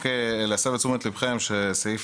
אני רק רוצה להסב את תשומת ליבכם לכך שסעיף